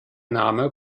name